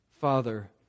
Father